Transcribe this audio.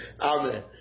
Amen